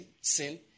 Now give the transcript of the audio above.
sin